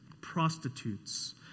prostitutes